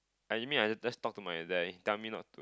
I mean I just talk to my dad then he tell me not to